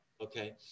Okay